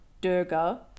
Durga